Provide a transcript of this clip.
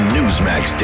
Newsmax